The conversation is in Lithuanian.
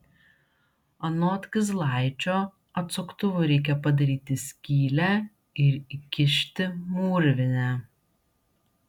anot kizlaičio atsuktuvu reikia padaryti skylę ir įkišti mūrvinę